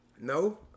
no